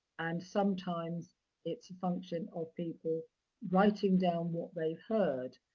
and sometimes it's a function of people writing down what they've heard.